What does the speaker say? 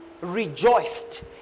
rejoiced